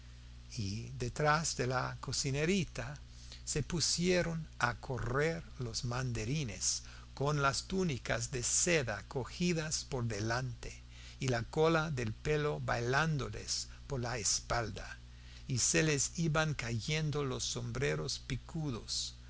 y detrás de la cocinerita se pusieron a correr los mandarines con las túnicas de seda cogidas por delante y la cola del pelo bailándoles por la espalda y se les iban cayendo los sombreros picudos